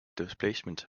displacement